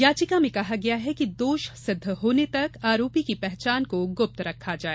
याचिका मे कहा गया है कि दोष सिद्द होने तक आरोपी की पहचान को गुप्त रखा जाये